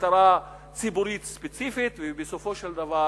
למטרה ציבורית ספציפית, ובסופו של דבר